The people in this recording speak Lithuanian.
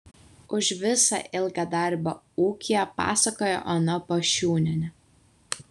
už visą ilgą darbą ūkyje pasakoja ona pašiūnienė